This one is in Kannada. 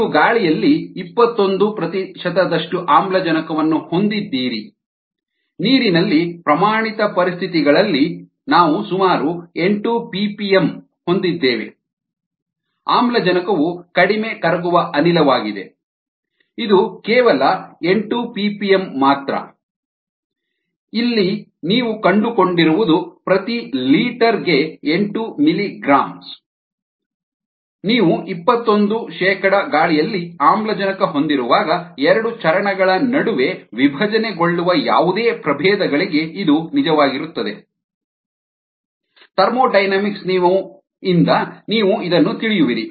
ನೀವು ಗಾಳಿಯಲ್ಲಿ ಇಪ್ಪತ್ತೊಂದು ಪ್ರತಿಶತದಷ್ಟು ಆಮ್ಲಜನಕವನ್ನು ಹೊಂದಿದ್ದೀರಿ ನೀರಿನಲ್ಲಿ ಪ್ರಮಾಣಿತ ಪರಿಸ್ಥಿತಿಗಳಲ್ಲಿ ನಾವು ಸುಮಾರು ಎಂಟು ಪಿಪಿಎಂ ಹೊಂದಿದ್ದೇವೆ ಆಮ್ಲಜನಕವು ಕಡಿಮೆ ಕರಗುವ ಅನಿಲವಾಗಿದೆ ಇದು ಕೇವಲ ಎಂಟು ಪಿಪಿಎಂ ಮಾತ್ರ ನೀವು ಇಲ್ಲಿ ಕಂಡುಕೊಂಡಿರುವುದು ಪ್ರತಿ ಲೀಟರ್ ಗೆ ಎಂಟು ಮಿಲಿ ಗ್ರಾಂ ನೀವು ಇಪ್ಪತ್ತೊಂದು ಶೇಕಡಾ ಗಾಳಿಯಲ್ಲಿ ಆಮ್ಲಜನಕ ಹೊಂದಿರುವಾಗ ಎರಡು ಚರಣ ಗಳ ನಡುವೆ ವಿಭಜನೆಗೊಳ್ಳುವ ಯಾವುದೇ ಪ್ರಭೇದಗಳಿಗೆ ಇದು ನಿಜವಾಗಿರುತ್ತದೆ ಥರ್ಮೋಡೈನಮಿಕ್ಸ್ ನಿಂದ ನೀವು ಇದನ್ನು ತಿಳಿಯುವಿರಿ